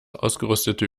ausgerüstete